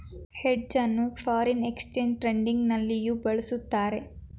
hedge ಅನ್ನು foreign exchange trading ನಲ್ಲಿಯೂ ಬಳಸುತ್ತಾರೆ